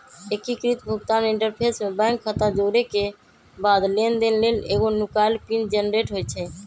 एकीकृत भुगतान इंटरफ़ेस में बैंक खता जोरेके बाद लेनदेन लेल एगो नुकाएल पिन जनरेट होइ छइ